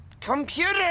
computer